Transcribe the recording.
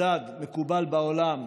מדד מקובל בעולם,